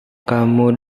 kamu